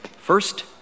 First